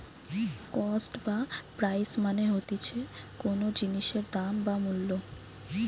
cost বা price মানে হতিছে কোনো জিনিসের দাম বা মূল্য